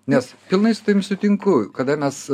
nes pilnai su tavim sutinku kada mes